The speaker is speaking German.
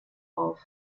auf